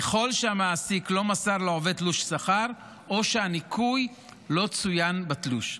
ככל שהמעסיק לא מסר לעובד תלוש שכר או שהניכוי לא צוין בתלוש.